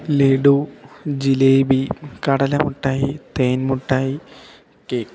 ലഡു ജിലേബി കടലമുട്ടായി തേൻമുട്ടായി കേക്ക്